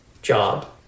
job